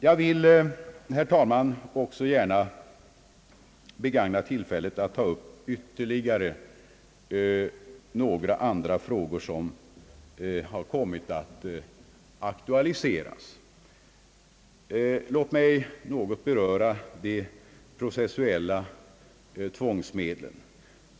Jag vill, herr talman, också gärna begagna tillfället att ta upp ytterligare några frågor som har kommit att aktualiseras. Låt mig något beröra de processuella tvångsmedlen.